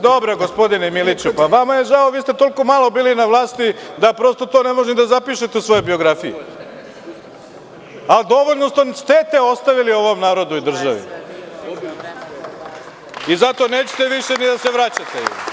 Dobro, gospodine Miliću, vama je žao, vi ste toliko malo bili na vlasti da prosto to ne možete da zapišete u svojoj biografiji, ali dovoljno ste štete ostavili ovom narodu i državi i zato nećete više ni da se vraćate.